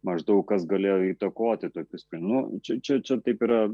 maždaug kas galėjo įtakoti tokį sprendimą nu čia čia čia taip yra